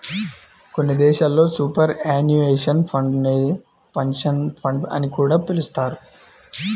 కొన్ని దేశాల్లో superannuation fund నే పెన్షన్ ఫండ్ అని కూడా పిలుస్తున్నారు